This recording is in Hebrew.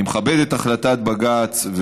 אני מכבד את החלטת בג"ץ,